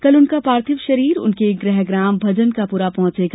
कल उनका पार्थिव शरीर उनके गृहग्राम भजन का पूरा पहुंचेगा